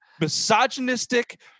misogynistic